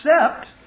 accept